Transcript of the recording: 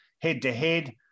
head-to-head